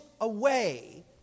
away